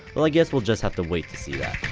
well. i guess we'll just have to wait to see that